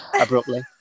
abruptly